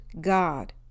God